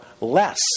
less